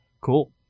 cool